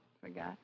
forgot